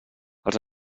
els